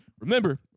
Remember